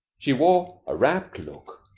she wore a rapt look,